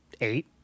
eight